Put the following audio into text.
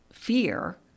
Fear